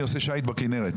אני עושה שיט בכנרת.